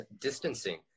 distancing